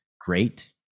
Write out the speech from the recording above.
great